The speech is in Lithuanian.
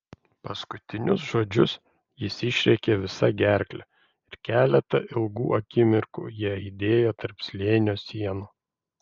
paskutinius žodžius jis išrėkė visa gerkle ir keletą ilgų akimirkų jie aidėjo tarp slėnio sienų